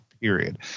period